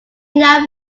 now